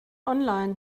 online